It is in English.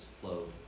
flow